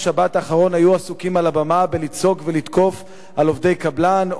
שבת האחרון היו עסוקים על הבמה בלצעוק ולתקוף על עובדי קבלן,